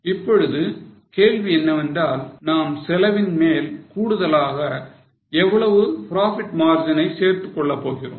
இப்பொழுது கேள்வி என்னவென்றால் நாம் செலவில் மேல் கூடுதலாக எவ்வளவு profit margin ஐ சேர்த்துக் கொள்ள போகிறோம்